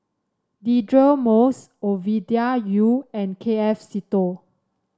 Deirdre Moss Ovidia Yu and K F Seetoh